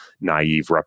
naive